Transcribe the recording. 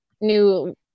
new